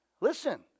Listen